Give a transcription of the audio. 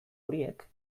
horiek